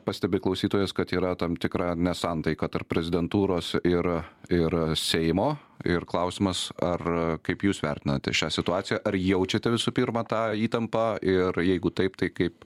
pastebi klausytojas kad yra tam tikra nesantaika tarp prezidentūros ir ir seimo ir klausimas ar kaip jūs vertinate šią situaciją ar jaučiate visų pirma tą įtampą ir jeigu taip tai kaip